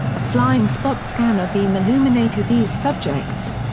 a flying-spot scanner beam illuminated these subjects.